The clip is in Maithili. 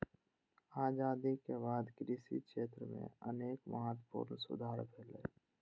आजादी के बाद कृषि क्षेत्र मे अनेक महत्वपूर्ण सुधार भेलैए